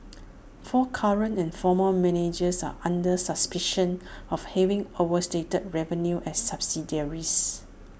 four current and former managers are under suspicion of having overstated revenue at subsidiaries